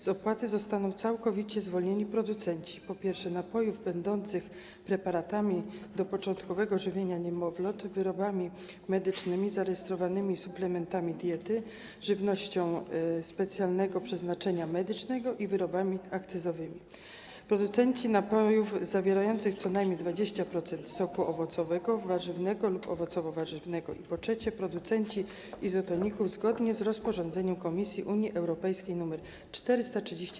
Z opłaty zostaną całkowicie zwolnieni producenci napojów będących preparatami do początkowego żywienia niemowląt, wyrobami medycznymi, zarejestrowanymi suplementami diety, żywnością specjalnego przeznaczenia medycznego i wyrobami akcyzowymi, producenci napojów zawierających co najmniej 20% soku owocowego, warzywnego lub owocowo-warzywnego i producenci izotoników zgodnie z rozporządzeniem Komisji (UE) nr 432/2012.